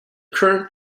current